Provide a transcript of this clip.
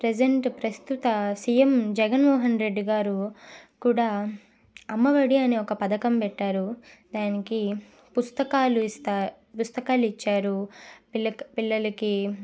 present ప్రస్తుత CM Jagan Mohan Reddy గారు కూడా అమ్మ ఒడి అనే ఒక పథకం పెట్టారు దానికి పుస్తకాలు ఇస్తూ పుస్తకాలు ఇచ్చారు పిల్ల పిల్లలకి